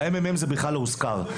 בממ"מ זה בכלל לא הוזכר.